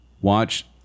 watch